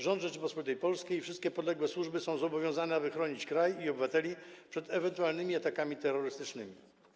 Rząd Rzeczypospolitej Polskiej i wszystkie podległe służby są zobowiązane do tego, aby chronić kraj i obywateli przed ewentualnymi atakami terrorystycznymi.